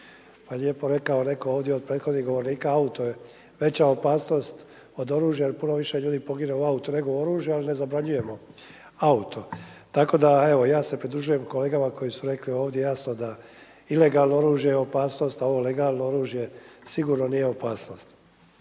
Lijepo rekao netko ovdje od prethodnih govornika auto je veća opasnost od oružja jer puno više ljudi pogine u autu nego od oružja, ali ne zabranjujemo auto. Tako da evo ja se pridružujem kolegama koji su rekli ovdje jasno da ilegalno oružje je opasnost, a ovo legalno oružje sigurno nije opasnost.